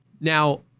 Now